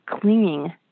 clinging